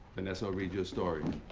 vanessa will read you a story,